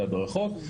להדרכות.